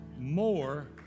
more